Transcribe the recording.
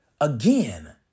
Again